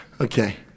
Okay